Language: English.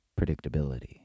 predictability